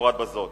כמפורט בזאת: